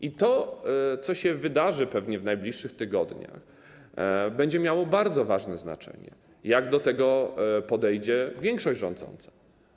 I to, co się wydarzy pewnie w najbliższych tygodniach, będzie miało bardzo ważne znaczenie, jak do tego podejdzie większość rządząca.